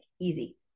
easy